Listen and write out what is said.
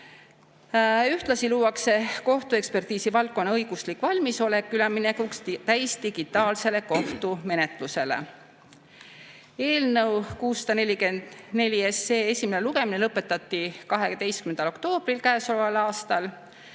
Ühtlasi luuakse kohtuekspertiisi valdkonna õiguslik valmisolek üleminekuks täisdigitaalsele kohtumenetlusele. Eelnõu 644 esimene lugemine lõpetati 12. oktoobril eelmisel aastal